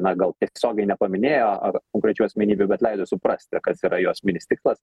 na gal tiesiogiai nepaminėjo ar konkrečių asmenybių bet leido suprasti kas yra jo esminis tikslas